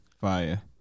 Fire